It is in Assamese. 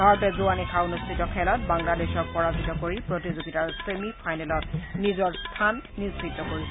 ভাৰতে যোৱা নিশা অনুষ্ঠিত খেলত বাংলাদেশক পৰাজিত কৰি প্ৰতিযোগিতাৰ ছেমি ফাইনেলত নিজৰ স্থান নিশ্চিত কৰিছে